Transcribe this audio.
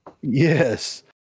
Yes